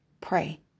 Pray